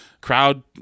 Crowd